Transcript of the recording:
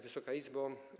Wysoka Izbo!